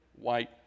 white